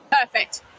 Perfect